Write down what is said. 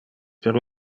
per